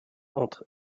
entre